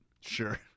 Sure